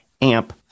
Amp